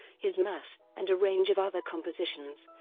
his mass, and a range of other compositions,